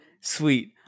sweet